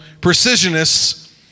precisionists